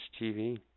TV